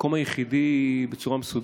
המקום היחיד שנמצאים